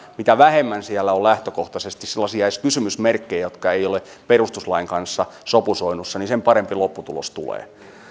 mitä vähemmän siellä on lähtökohtaisesti sellaisia kysymysmerkkejä jotka eivät ole perustuslain kanssa sopusoinnussa niin sen parempi lopputulos tulee